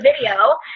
video